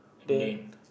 Dan